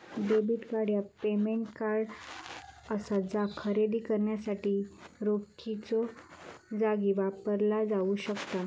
debit card ह्या payment card असा जा खरेदी करण्यासाठी रोखीच्यो जागी वापरला जाऊ शकता